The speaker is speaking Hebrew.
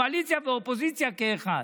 קואליציה ואופוזיציה כאחד.